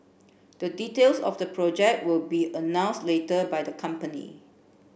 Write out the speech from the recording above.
the details of the project will be announced later by the company